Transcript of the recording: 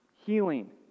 healing